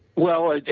well,